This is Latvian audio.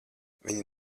viņa